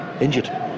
Injured